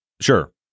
Sure